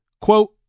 quote